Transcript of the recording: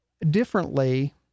differently